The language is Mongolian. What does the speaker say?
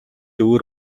өөр